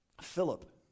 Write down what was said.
Philip